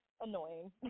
annoying